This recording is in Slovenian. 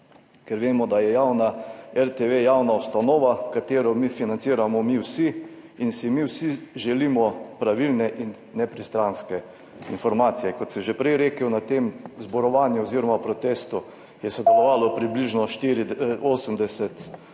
ker vemo, da je RTV javna ustanova, ki jo financiramo mi vsi in si mi vsi želimo pravilnih in nepristranskih informacij. Kot sem že prej rekel, na tem zborovanju oziroma protestu je sodelovalo približno 80